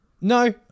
No